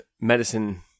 medicine